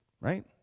right